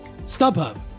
StubHub